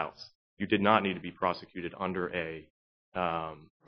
about you did not need to be prosecuted under a